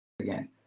again